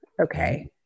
okay